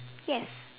yes